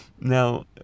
Now